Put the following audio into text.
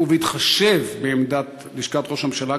ובהתחשב בעמדת לשכת ראש הממשלה,